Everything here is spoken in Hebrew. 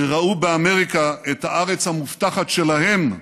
שראו באמריקה את הארץ המובטחת שלהם,